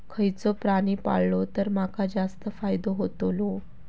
खयचो प्राणी पाळलो तर माका जास्त फायदो होतोलो?